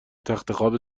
تختخواب